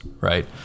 right